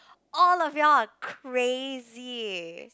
all of you all crazy